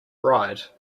ride